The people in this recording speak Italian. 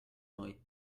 noi